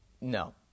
no